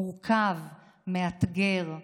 מורכב, מאתגר,